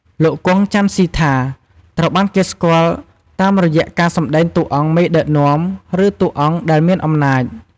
លោក គង់ ចាន់ស៊ីថា ត្រូវបានគេស្គាល់តាមរយៈការសម្តែងតួអង្គមេដឹកនាំ ឬតួអង្គដែលមានអំណាច។